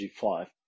g5